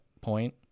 point